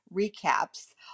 recaps